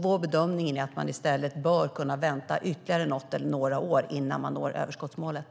Vår bedömning är att man i stället bör kunna vänta ytterligare något eller några år innan man når överskottsmålet.